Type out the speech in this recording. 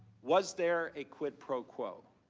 was there a quid pro quo?